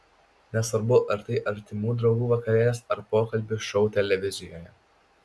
nesvarbu ar tai artimų draugų vakarėlis ar pokalbių šou televizijoje